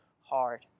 hard